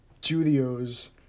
studios